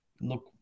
look